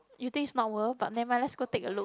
you think it's not worth but never mind let's go take a look